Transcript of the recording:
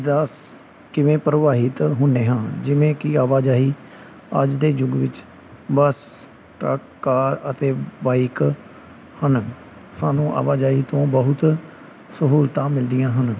ਦਾ ਕਿਵੇਂ ਪ੍ਰਵਾਹਿਤ ਹੁੰਨੇ ਹਾਂ ਜਿਵੇਂ ਕੀ ਆਵਾਜਾਈ ਅੱਜ ਦੇ ਯੁੱਗ ਵਿੱਚ ਬਸ ਟਰੱਕ ਕਾਰ ਅਤੇ ਬਾਈਕ ਹਨ ਸਾਨੂੰ ਆਵਾਜਾਈ ਤੋਂ ਬਹੁਤ ਸਹੂਲਤਾਂ ਮਿਲਦੀਆਂ ਹਨ